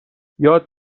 یاد